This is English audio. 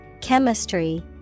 chemistry